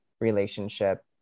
relationship